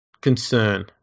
concern